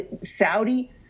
Saudi